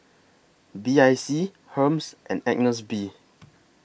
B I C Hermes and Agnes B